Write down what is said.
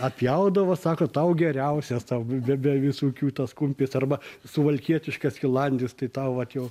atpjaudavo sako tau geriausias tau be be visokių tas kumpis arba suvalkietiškas skilandis tai tau vat jau